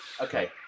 Okay